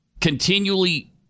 continually